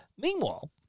Meanwhile